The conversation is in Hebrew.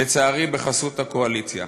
לצערי, בחסות הקואליציה.